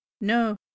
No